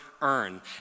earn